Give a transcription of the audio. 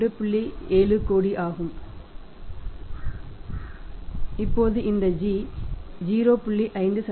70 கோடி ஆகும் இப்போது இந்த g 0